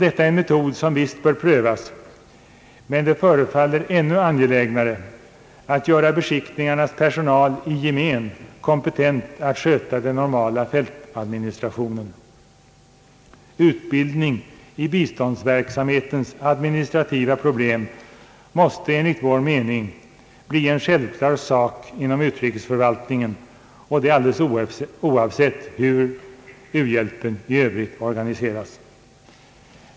Detta är en metod som visst bör prövas, men det förefaller ännu angelägnare att göra beskickningarnas personal i gemen kompetent att sköta den normala fältadministrationen. Utbildning i biståndsverksamhetens administrativa problem måste enligt vår mening bli en självklar sak inom utrikesförvaltningen och det alldeles oavsett hur u-hjälpen i övrigt organiseras.